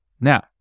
now